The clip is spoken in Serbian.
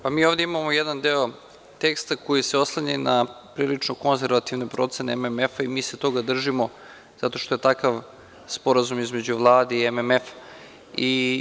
Pa mi ovde imamo jedan deo teksta koji se oslanja na prilično konzervativne procene MMF-a i mi se toga držimo, zato što je takav sporazum između Vlade i MMF-a.